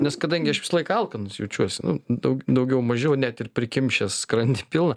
nes kadangi aš visąlaik alkanas jaučiuosi daug daugiau mažiau net ir prikimšęs skrandį pilną